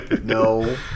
No